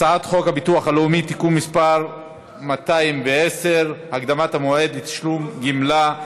הצעת חוק הביטוח הלאומי (תיקון מס' 210) (הקדמת המועד לתשלום גמלה),